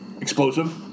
explosive